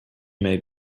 may